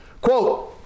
Quote